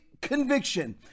conviction